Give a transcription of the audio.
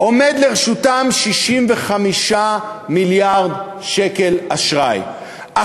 עומדים לרשותם 65 מיליארד שקל אשראי.